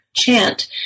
chant